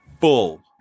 full